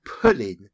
pulling